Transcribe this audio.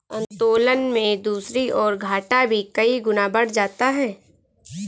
उत्तोलन में दूसरी ओर, घाटा भी कई गुना बढ़ जाता है